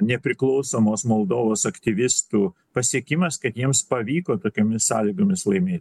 nepriklausomos moldovos aktyvistų pasiekimas kad jiems pavyko tokiomis sąlygomis laimėt